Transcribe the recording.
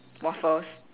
waffles